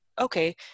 okay